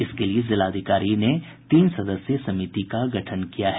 इसके लिये जिलाधिकारी तीन सदस्यीय समिति का गठन किया है